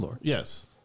yes